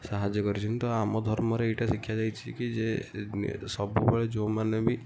ସାହାଯ୍ୟ କରିଛନ୍ତି ତ ଆମ ଧର୍ମରେ ଏଇଟା ଶିକ୍ଷା ଯାଇଛି କି ଯେ ସବୁବେଳେ ଯେଉଁମାନେ ବି